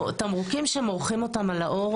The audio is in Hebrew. תמרוקים שמורחים אותם על העור,